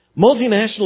Multinational